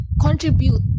contribute